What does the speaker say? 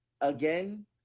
again